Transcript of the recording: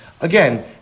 again